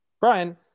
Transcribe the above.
Brian